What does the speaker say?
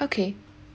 okay